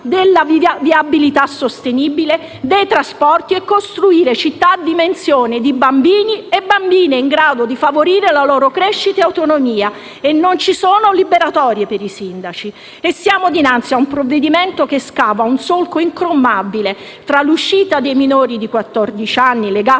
della viabilità sostenibile, dei trasporti e costruire città a dimensione di bambino e bambine in grado di favorire la loro crescita e autonomia. E non ci sono liberatorie per i sindaci. Siamo dinanzi a un provvedimento che scava un solco incolmabile fra l'uscita dei minori di quattordici